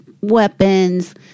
weapons